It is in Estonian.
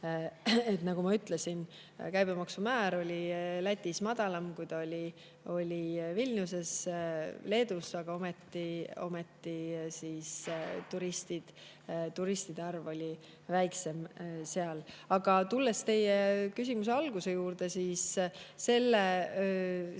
Nagu ma ütlesin, käibemaksumäär oli Lätis madalam, kui see oli Vilniuses Leedus, aga ometi oli turistide arv seal väiksem. Aga tulles teie küsimuse alguse juurde, siis ilma igasuguse